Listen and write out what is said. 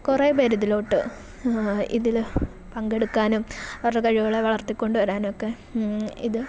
കുറേ പേർ ഇതിലോട്ട് ഇതിൽ പങ്കെടുക്കാനും അവരുടെ കഴിവുകളെ വളർത്തിക്കൊണ്ട് വരാനൊക്കെ ഇത്